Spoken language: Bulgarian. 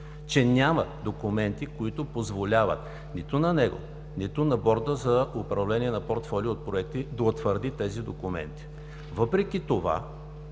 че няма документи, които позволяват нито на него, нито на Борда за управление на портфолио от проекти да утвърди тези документи. Въпреки това